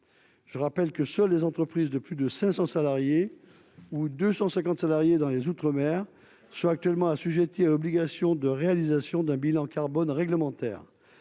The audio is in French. je rappelle que seules les entreprises de plus de 500 salariés où 250 salariés dans les Outre-Mer sont actuellement assujettis à l'obligation de réalisation d'un bilan carbone réglementaire